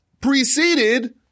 preceded